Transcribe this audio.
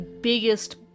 biggest